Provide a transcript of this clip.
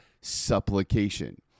supplication